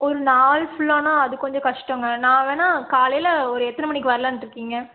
ஒரு நாள் ஃபுல்லானால் அது கொஞ்சம் கஷ்டங்க நான் வேணால் காலையில் ஒரு எத்தனை மணிக்கு வரலானுட்டு இருக்கீங்க